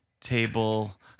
table